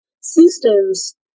systems